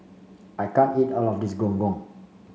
I can't eat all of this Gong Gong